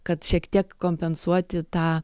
kad šiek tiek kompensuoti tą